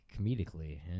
Comedically